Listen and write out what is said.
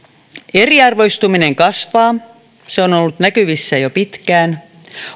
eriarvoistuminen kasvaa se on ollut näkyvissä jo pitkään